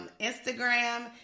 Instagram